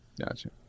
Gotcha